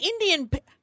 Indian